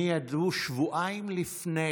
ידעו שבועיים לפני